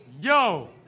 Yo